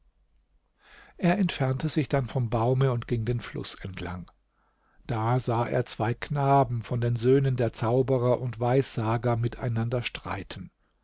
er entfernte sich dann vom baume und ging den fluß entlang da sah er zwei knaben von den söhnen der zauberer und weissager miteinander streiten